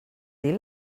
dir